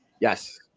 Yes